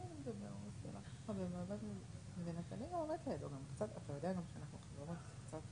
זה נושא חשוב באמת ואני רוצה שתאזינו לו בקשב